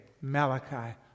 Malachi